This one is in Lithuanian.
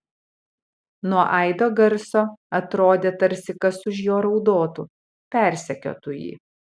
nuo aido garso atrodė tarsi kas už jo raudotų persekiotų jį